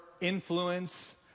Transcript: influence